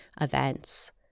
events